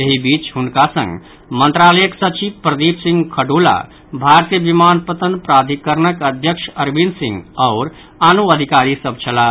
एहि बीच हुनक संग मंत्रालयक सचिव प्रदीप सिंह खड़ोला भारतीय विमान पतन प्राधिकरणक अध्यक्ष अरविंद सिंह आओर आनो अधिकारी सभ छलाह